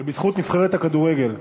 זה בזכות נבחרת הכדורגל.